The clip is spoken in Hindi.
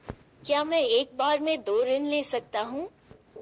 क्या मैं एक बार में दो ऋण ले सकता हूँ?